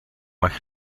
mag